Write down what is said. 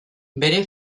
bere